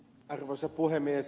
arvoisa puhemies